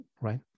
right